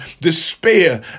despair